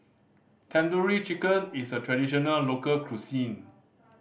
Tandoori Chicken is a traditional local cuisine